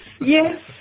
yes